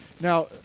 now